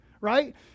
Right